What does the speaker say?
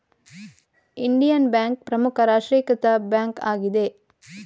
Indian Bank ಪ್ರಮುಖ ರಾಷ್ಟ್ರೀಕೃತ bank ಆಗಿದೆ